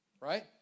Right